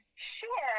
Sure